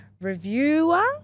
reviewer